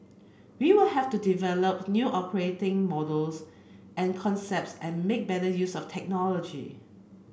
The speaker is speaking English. we will have to develop new operating models and concepts and make better use of technology